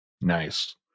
Nice